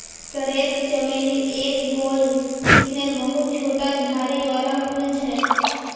crepe चमेली एक गोल किस्मेर बहुत छोटा झाड़ी वाला फूल छे